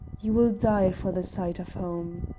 you will die for the sight of home.